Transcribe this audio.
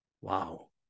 Wow